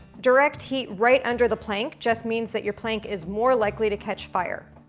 direct heat right under the plank just means that your plank is more likely to catch fire.